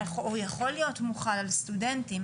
אוכלוסיית הילדים,